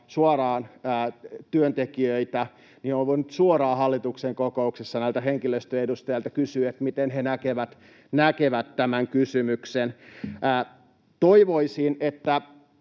suoraan työntekijöitä, on voinut suoraan hallituksen kokouksessa näiltä henkilöstön edustajilta kysyä, miten he näkevät tämän kysymyksen. Toivoisin, että